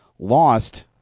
lost